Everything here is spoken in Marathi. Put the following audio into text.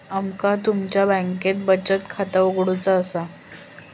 माका तुमच्या बँकेत बचत खाता उघडूचा असा?